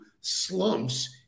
slumps